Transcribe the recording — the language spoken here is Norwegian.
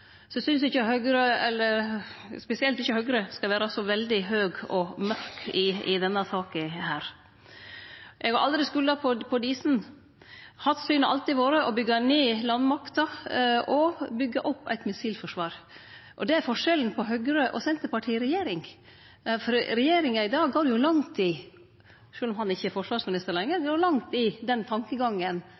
Så eg synest Høgre spesielt ikkje skal vere så veldig høg og mørk i denne saka. Eg har aldri skulda på Diesen. Hans syn har alltid vore å byggje ned landmakta og byggje opp eit missilforsvar. Det er forskjellen på Høgre og Senterpartiet i regjering. Regjeringa i dag går jo langt i den tankegangen – sjølv om han ikkje er forsvarsminister lenger – slik det framstår i